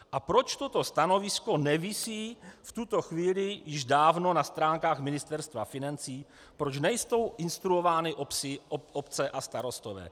A proč toto stanovisko nevisí v tuto chvíli již dávno na stránkách Ministerstva financí, proč nejsou instruovány obce a starostové?